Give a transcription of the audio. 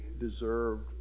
deserved